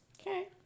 Okay